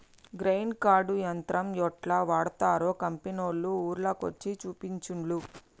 grain cart యంత్రం యెట్లా వాడ్తరో కంపెనోళ్లు ఊర్ల కొచ్చి చూపించిన్లు